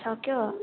सक्यो